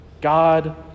God